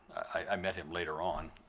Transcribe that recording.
i met him later on